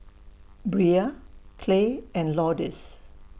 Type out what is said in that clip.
Bria Clay and Lourdes